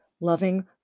loving